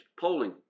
polling